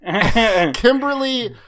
Kimberly